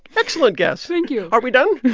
excellent guess thank you are we done?